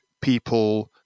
people